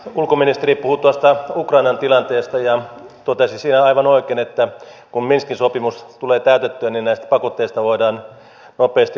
ulkoministeri puhui tuosta ukrainan tilanteesta ja totesi siinä aivan oikein että kun minskin sopimus tulee täytettyä niin näistä pakotteista voidaan nopeasti luopua